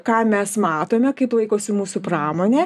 ką mes matome kaip laikosi mūsų pramonė